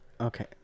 Okay